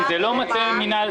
זה לא מטה מינהל,